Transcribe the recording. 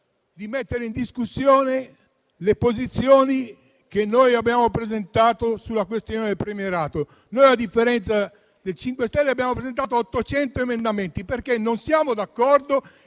di mettere in discussione le posizioni che noi abbiamo presentato sulla questione del premierato. Noi, a differenza dei 5 Stelle, abbiamo presentato 800 emendamenti, perché non siamo d'accordo